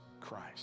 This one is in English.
Christ